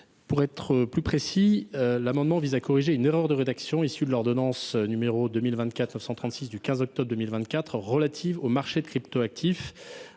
Pour être plus précis, l’amendement vise à corriger une erreur de rédaction issue de l’ordonnance n° 2024 936 du 15 octobre 2024 relative aux marchés de cryptoactifs.